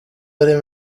ari